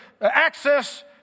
access